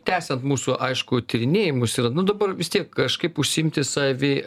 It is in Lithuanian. tęsiant mūsų aišku tyrinėjimus yra nu dabar vis tiek kažkaip užsiimti savi